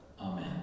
Amen